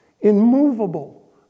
immovable